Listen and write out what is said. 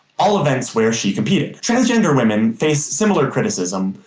all events where she competed. transgender women face similar criticism,